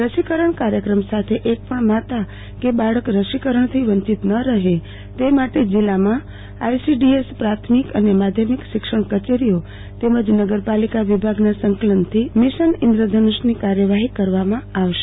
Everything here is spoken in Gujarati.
રસીકરણ કાર્યક્રમ સાથે એકપણ માતા કે બાળક રસીકરણ થી વંચિત ન રહે તે માટે જિલ્લામાં આઈસીડીએસ પ્રાથમિક અને માધ્યમિક શિક્ષણ કચેરીઓ તેમજ નગર પાલિકા વિભાગના સંકલનથી ઈન્દ્ર મિશન ઈન્દ્ર ધનુષની કાર્યવાહી કરવમાં આવશે